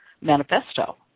manifesto